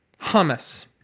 hummus